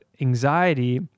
anxiety